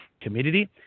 Community